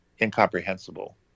incomprehensible